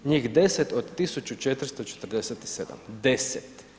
Njih 10 od 1447, 10.